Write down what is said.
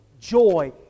joy